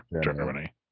Germany